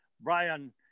Brian